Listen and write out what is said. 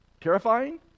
terrifying